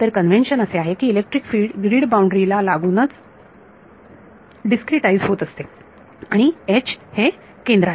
तर कन्व्हेंशन असे आहे की इलेक्ट्रिक फील्ड ग्रीड बाउंड्री ला लागूनच डिस्क्रीटाईज होत असते आणि H हे केंद्राशी